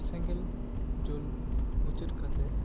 ᱥᱮᱸᱜᱮᱞ ᱡᱩᱞ ᱢᱩᱪᱟᱹᱫ ᱠᱟᱛᱮ